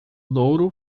louro